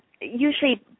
usually